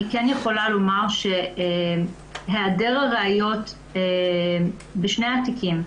אני כן יכולה לומר שהיעדר הראיות בשני התיקים,